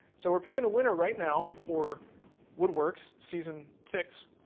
so we're picking a winner right now for wood works season six,